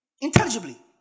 Intelligibly